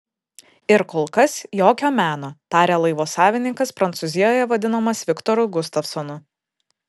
ir kol kas jokio meno tarė laivo savininkas prancūzijoje vadinamas viktoru gustavsonu